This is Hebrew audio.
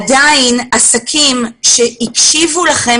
עסקים שהקשיבו לכם,